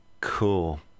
Cool